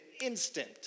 instant